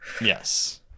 yes